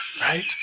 right